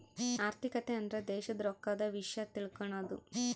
ಆರ್ಥಿಕತೆ ಅಂದ್ರ ದೇಶದ್ ರೊಕ್ಕದ ವಿಷ್ಯ ತಿಳಕನದು